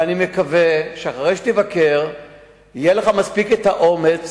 אני מקווה שאחרי שתבקר יהיה לך מספיק אומץ